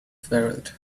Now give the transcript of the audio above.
ferret